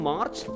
March